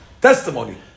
testimony